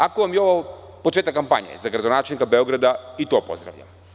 Ako vam je ovo početak kampanje za gradonačelnika Beograda, i to pozdravljam.